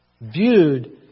viewed